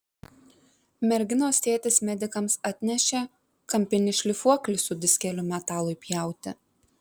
merginos tėtis medikams atnešė kampinį šlifuoklį su diskeliu metalui pjauti